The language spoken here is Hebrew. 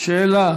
שאלה